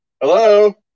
Hello